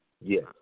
Yes